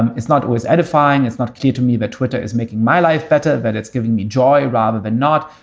and it's not always edifying. it's not clear to me that twitter is making my life better and it's giving me joy rather than not.